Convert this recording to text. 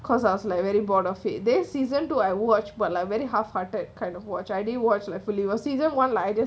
cause I was like very bored of it then season two I watch but like very half hearted kind of watch I didn't watch like fully were season one like I just